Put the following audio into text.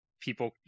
people